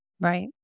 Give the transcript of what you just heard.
Right